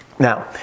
Now